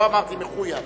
לא אמרתי מחויב